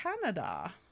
Canada